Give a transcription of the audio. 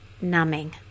numbing